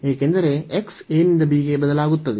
ಏಕೆಂದರೆ x a ನಿಂದ b ಗೆ ಬದಲಾಗುತ್ತದೆ